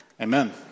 Amen